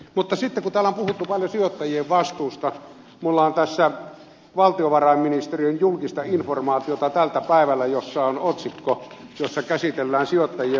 mutta sitten kun täällä on puhuttu paljon sijoittajien vastuusta minulla on tässä valtiovarainministeriön julkista informaatiota tältä päivältä jossa on otsikko jossa käsitellään sijoittajien vastuuta